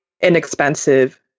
inexpensive